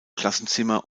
klassenzimmer